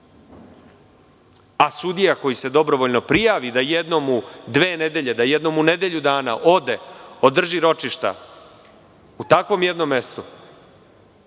a sudija koji se dobrovoljno prijavi da jednom u dve nedelje, da jednom u nedelju dana ode, održi ročišta, u takvom jednom mestu